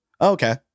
Okay